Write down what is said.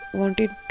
wanted